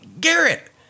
Garrett